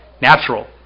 natural